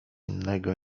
innego